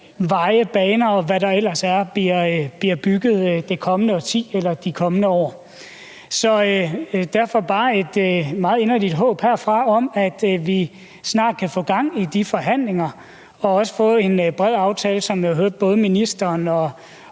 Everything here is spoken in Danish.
veje og baner, og hvad der ellers er, der bliver bygget det kommende årti eller de kommende år. Så derfor vil jeg bare herfra udtrykke et meget inderligt håb om, at vi snart kan få gang i de forhandlinger og også få en bred aftale, hvilket jeg